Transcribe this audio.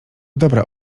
dobra